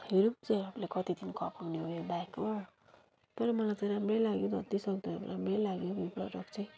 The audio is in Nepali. हेरौँ सेरपले कति दिन खपाउने हो यो ब्याग हो तर मलाई त राम्रै लाग्यो जति सक्दो राम्रै लाग्यो यो प्रडक्ट चाहिँ